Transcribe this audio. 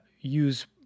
use